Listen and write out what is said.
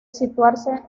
situarse